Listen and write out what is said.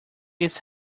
its